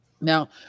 now